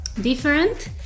different